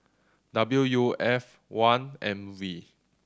W U F one M V